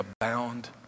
abound